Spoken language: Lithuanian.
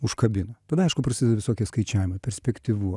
užkabina tada aišku prasideda visokie skaičiavimai perspektyvu